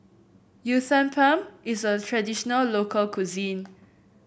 uthapam is a traditional local cuisine